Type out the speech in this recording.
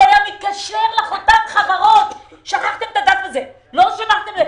הוא היה מתקשר לחתם חברות: שכחתם, לא מילאתם.